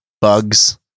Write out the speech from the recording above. Bugs